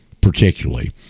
particularly